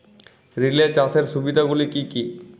Relay চাষের সুবিধা গুলি কি কি?